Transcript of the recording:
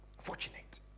Fortunate